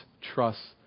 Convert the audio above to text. trust